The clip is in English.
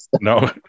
No